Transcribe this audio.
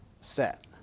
set